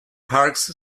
parkes